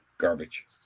Garbage